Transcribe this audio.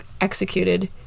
executed